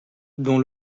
dont